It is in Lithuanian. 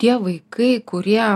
tie vaikai kurie